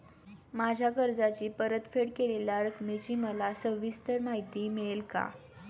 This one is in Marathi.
माझ्या कर्जाची परतफेड केलेल्या रकमेची मला सविस्तर माहिती मिळेल का?